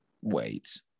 Wait